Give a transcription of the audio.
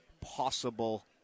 possible